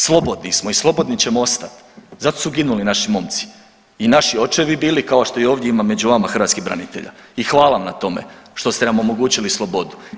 Slobodni smo i slobodni ćemo ostat, zato su ginuli naši momci i naši očevi bili kao što je i ovdje ima među vama hrvatskih branitelja i hvala vam na tome što ste nam omogućili slobodu.